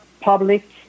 public